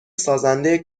سازنده